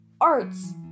arts